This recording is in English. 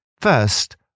First